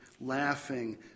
laughing